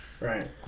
right